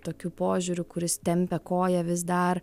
tokiu požiūriu kuris tempia koją vis dar